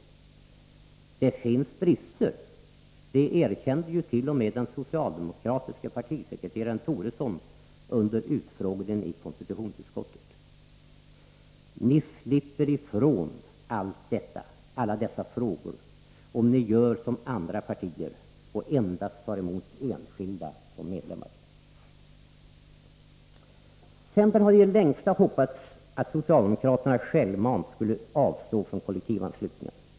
Det finns brister, det erkände t.o.m. den socialdemokratiske partisekreteraren Toresson under utfrågningen i konstitutionsutskottet. Ni slipper ifrån allt detta om ni gör som andra partier och endast tar emot enskilda som medlemmar. Centern har i det längsta hoppats att socialdemokraterna självmant skulle avstå från kollektivanslutningen.